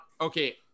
okay